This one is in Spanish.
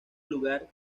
lugar